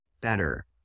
better